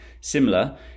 similar